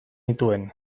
nituen